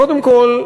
קודם כול,